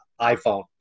iPhone